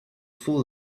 full